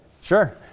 Sure